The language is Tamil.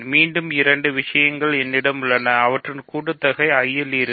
மீண்டும் இரண்டு விஷயங்கள் என்னிடம் உள்ளன அவற்றின் கூட்டுதொகை I இல் இருக்கும்